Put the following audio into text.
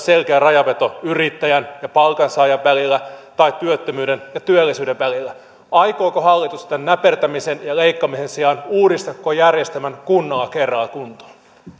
selkeä rajanveto yrittäjän ja palkansaajan välillä tai työttömyyden ja työllisyyden välillä aikooko hallitus tämän näpertämisen ja leikkaamisen sijaan uudistaa koko järjestelmän kunnolla kerralla kuntoon